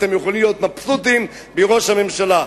אתם יכולים להיות מבסוטים מראש הממשלה.